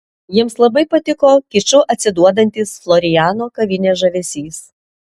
jiems labai patiko kiču atsiduodantis floriano kavinės žavesys